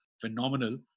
phenomenal